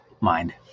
mind